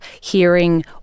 hearing